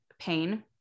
pain